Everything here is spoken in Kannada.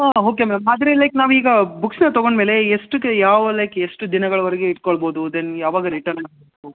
ಹಾಂ ಹೋಕೆ ಮ್ಯಾಮ್ ಆದರೆ ಲೈಕ್ ನಾವೀಗ ಬುಕ್ಸನ್ನ ತೊಗೊಂಡ ಮೇಲೆ ಎಷ್ಟು ಯಾವ ಲೈಕ್ ಎಷ್ಟು ದಿನಗಳವರೆಗೆ ಇಟ್ಕೊಳ್ಬೋದು ದೆನ್ ಯಾವಾಗ ರಿಟನ್ ಮಾಡಬೇಕು